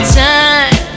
time